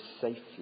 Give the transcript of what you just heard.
safely